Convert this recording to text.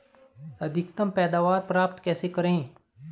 अधिकतम पैदावार प्राप्त कैसे करें?